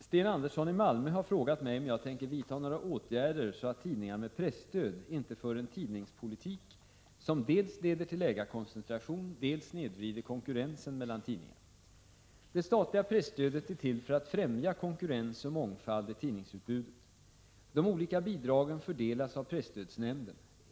Herr talman! Sten Andersson i Malmö har frågat mig om jag tänker vidta några åtgärder så att tidningar med presstöd inte för en tidningspolitik som dels leder till ägarkoncentration, dels snedvrider konkurrensen mellan tidningar. Det statliga presstödet är till för att främja konkurrens och mångfald i tidningsutbudet. De olika bidragen fördelas av presstödsnämnden.